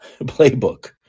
playbook